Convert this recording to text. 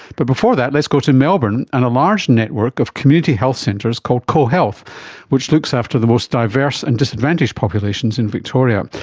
but before that, let's go to melbourne and a large network of community health centres called cohealth which looks after the most diverse and disadvantaged populations in victoria.